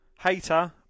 Hater